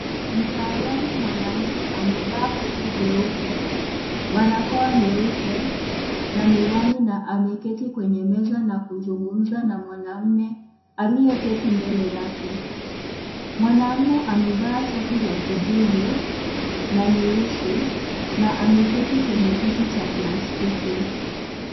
Mtaalamu mwanamke amevaa koti jeupe, barakoa nyeupe na miwani na ameketi kwenye meza na kuzungumza na mwanamme aliyeketi mbele yake. Mwanamme amevaa shati la kijivu na nyeusi na ameketi kwenye kiti cha plastiki.